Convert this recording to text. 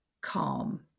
calm